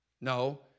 No